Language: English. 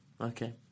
Okay